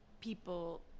people